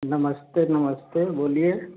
नमस्ते नमस्ते बोलिए